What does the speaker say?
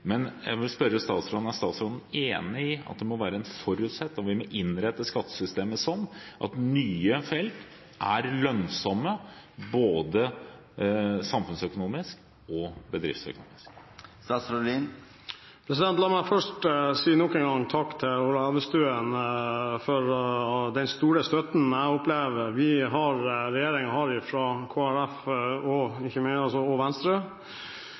men jeg vil spørre statsråden: Er statsråden enig i at det må være en forutsetning – og at vi må innrette skattesystemet sånn – at nye felt er lønnsomme både samfunnsøkonomisk og bedriftsøkonomisk? La meg først nok en gang si takk til Ola Elvestuen for den store støtten jeg opplever at regjeringen har fra Kristelig Folkeparti og Venstre. Hvis jeg hadde sagt «ikke minst Venstre»,